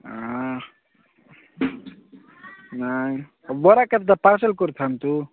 ନାଇଁ ଆଉ ବରା କେତେଟା ପାର୍ସଲ୍ କରିଥାଆନ୍ତୁ